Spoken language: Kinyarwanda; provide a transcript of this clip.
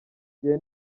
gihe